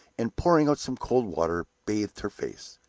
and, pouring out some cold water, bathed her face.